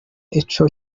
echo